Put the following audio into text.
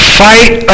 fight